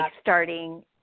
starting